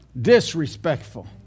disrespectful